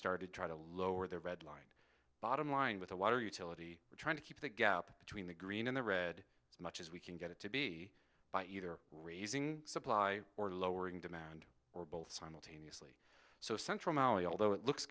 started try to lower the red line bottom line with a water utility we're trying to keep that gap between the green and the red as much as we can get it to be by either raising supply or lowering demand or both simultaneously so central maui although it looks